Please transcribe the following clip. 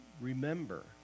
remember